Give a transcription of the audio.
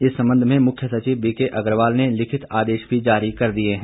इस संबंध में मुख्य सचिव बीके अग्रवाल ने लिखित आदेश भी जारी कर दिए हैं